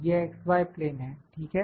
यह x y plane है ठीक है